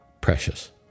precious